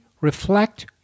reflect